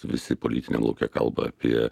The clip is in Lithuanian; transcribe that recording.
visi politiniam lauke kalba apie